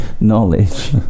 knowledge